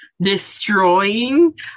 destroying